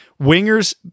wingers